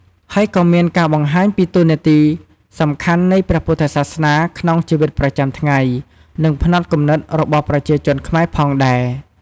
ហើយក៏មានការបង្ហាញពីតួនាទីសំខាន់នៃព្រះពុទ្ធសាសនាក្នុងជីវិតប្រចាំថ្ងៃ និងផ្នត់គំនិតរបស់ប្រជាជនខ្មែរផងដែរ ។